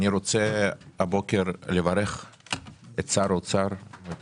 אני רוצה הבוקר לברך את שר האוצר ואת